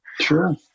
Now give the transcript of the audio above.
Sure